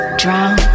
drown